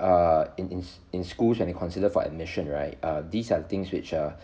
err in in in schools can be consider for admission right err these are things which err